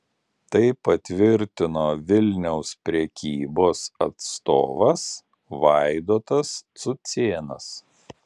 tai patvirtino vilniaus prekybos atstovas vaidotas cucėnas